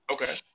okay